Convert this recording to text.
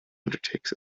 undertakes